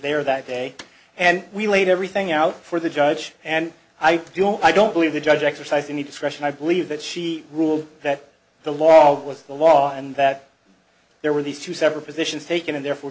there that day and we laid everything out for the judge and i do i don't believe the judge exercised any discretion i believe that she ruled that the law was the law and that there were these two separate positions taken in there for